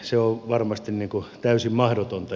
se on varmasti täysin mahdotonta